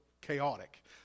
chaotic